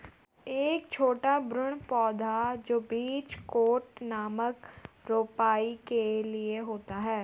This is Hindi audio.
एक छोटा भ्रूण पौधा जो बीज कोट नामक रोपाई के लिए होता है